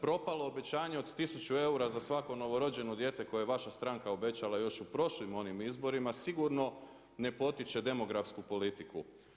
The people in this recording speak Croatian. Propalo obećanje od 1000 eura za svako novorođeno dijete koje je vaša stranka obećala još u prošlim onim izborima, sigurno ne potiče demografsku politiku.